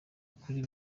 ukuri